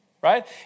right